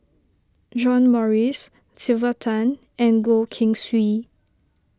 John Morrice Sylvia Tan and Goh Keng Swee